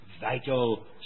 vital